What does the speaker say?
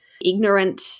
ignorant